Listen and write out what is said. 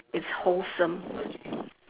it's wholesome